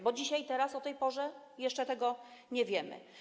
Bo dzisiaj, teraz, o tej porze jeszcze tego nie wiemy.